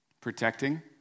Protecting